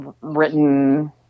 Written